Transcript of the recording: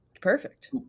perfect